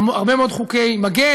הרבה מאוד חוקי מגן,